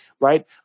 right